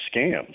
scams